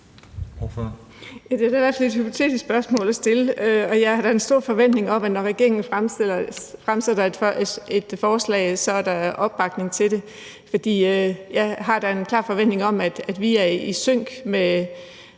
Det er et ret hypotetisk spørgsmål at stille. Men jeg har da en stor forventning om, at når regeringen fremsætter et forslag, er der opbakning til det, for jeg har da en klar forventning om, at vi er i sync med